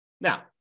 Now